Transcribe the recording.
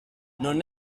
non